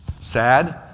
Sad